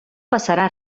passarà